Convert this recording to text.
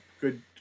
good